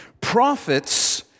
Prophets